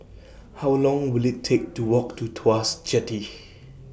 How Long Will IT Take to Walk to Tuas Jetty